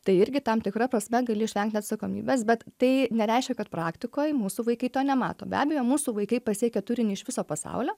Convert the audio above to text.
tai irgi tam tikra prasme gali išvengti atsakomybės bet tai nereiškia kad praktikoj mūsų vaikai to nemato be abejo mūsų vaikai pasiekia turinį iš viso pasaulio